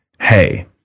hey